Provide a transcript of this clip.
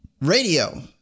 Radio